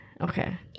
okay